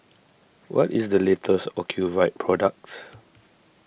what is the latest Ocuvite product